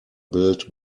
built